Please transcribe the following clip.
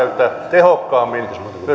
tehokkaammin